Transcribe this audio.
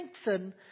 strengthen